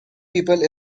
people